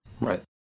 Right